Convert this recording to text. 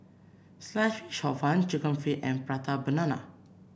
Sliced Fish Hor Fun chicken feet and Prata Banana